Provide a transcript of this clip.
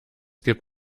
gibt